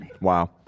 Wow